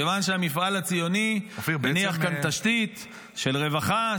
כיוון שהמפעל הציוני הניח כאן תשתית של רווחה,